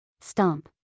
Stomp